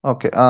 Okay